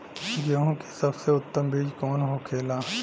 गेहूँ की सबसे उत्तम बीज कौन होखेला?